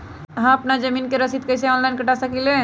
हम अपना जमीन के रसीद कईसे ऑनलाइन कटा सकिले?